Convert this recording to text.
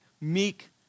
meek